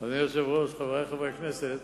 אדוני היושב-ראש, חברי חברי הכנסת,